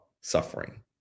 suffering